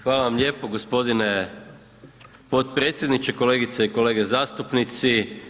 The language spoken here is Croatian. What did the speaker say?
Hvala vam lijepo g. potpredsjedniče, kolegice i kolege zastupnici.